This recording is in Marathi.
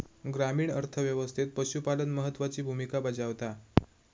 ग्रामीण अर्थ व्यवस्थेत पशुपालन महत्त्वाची भूमिका बजावता